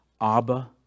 Abba